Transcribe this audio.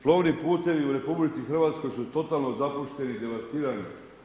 Plovni putevi u RH su totalno zapušteni i devastirani.